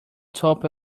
top